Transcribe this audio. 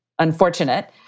unfortunate